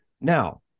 Now